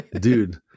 Dude